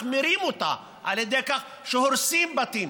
מחמירים אותה על ידי כך שהורסים בתים